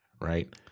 right